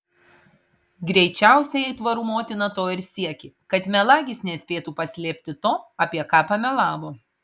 greičiausiai aitvarų motina to ir siekė kad melagis nespėtų paslėpti to apie ką pamelavo